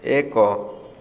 ଏକ